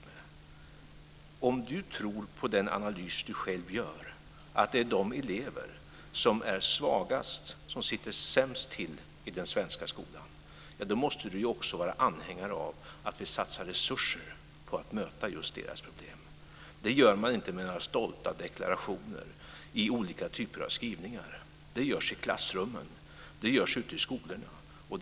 Om Lars Leijonborg tror på den analys han själv gör - att det är de elever som är svagast som sitter sämst till i den svenska skolan - måste han också vara anhängare av att vi satsar resurser på att möta just deras problem. Det gör man inte med några stolta deklarationer i olika typer av skrivningar. Det görs i klassrummen. Det görs ute i skolorna.